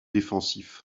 défensif